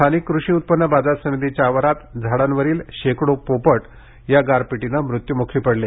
स्थानिक कृषी उत्पन्न बाजार समितीच्या आवारात झाडावरील शेकडो पोपट या गारपिटीनं मृत्यूमुखी पडले